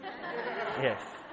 Yes